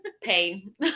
pain